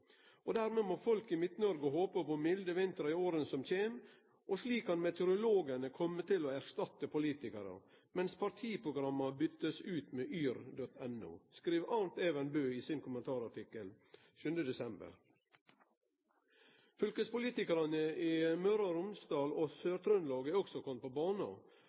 ennå. Dermed må folket i Midt-Norge håpe på milde vintre i årene som kommer. Slik kan meteorologer komme til å erstatte politikerne. Mens partiprogrammene byttes ut med yr.no.» Dette skriv Arnt Even Bøe i sin kommentarartikkel 7. desember. Fylkespolitikarane i Møre og Romsdal og Sør-Trøndelag har òg kome på banen